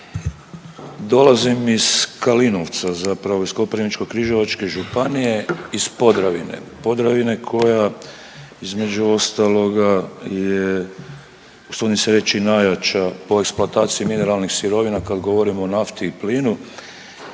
Dolazim iz Kalinovca zapravo iz Koprivničko-križevačke županije iz Podravine. Podravine koja između ostaloga je usudim se reći najjača po eksploataciji mineralnih sirovina kad govorimo o nafti i plinu